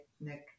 Nick